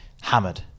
hammered